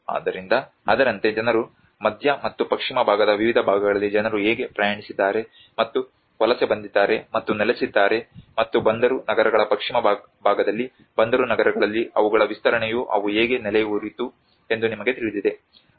ಆದ್ದರಿಂದ ಅದರಂತೆ ಜನರು ಮಧ್ಯ ಮತ್ತು ಪಶ್ಚಿಮ ಭಾಗದ ವಿವಿಧ ಭಾಗಗಳಲ್ಲಿ ಜನರು ಹೇಗೆ ಪ್ರಯಾಣಿಸಿದ್ದಾರೆ ಮತ್ತು ವಲಸೆ ಬಂದಿದ್ದಾರೆ ಮತ್ತು ನೆಲೆಸಿದ್ದಾರೆ ಮತ್ತು ಬಂದರು ನಗರಗಳ ಪಶ್ಚಿಮ ಭಾಗದಲ್ಲಿ ಬಂದರು ನಗರಗಳಲ್ಲಿ ಅವುಗಳ ವಿಸ್ತರಣೆಯು ಅವು ಹೇಗೆ ನೆಲೆಯೂರಿತು ಎಂದು ನಿಮಗೆ ತಿಳಿದಿದೆ